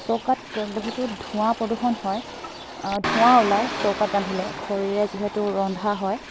চৌকাত বহুতো ধোঁৱা প্ৰদূষণ হয় ধোঁৱা ওলাই চৌকাত ৰান্ধিলে খৰিৰে যিহেতু ৰন্ধা হয়